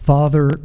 Father